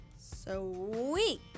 Sweet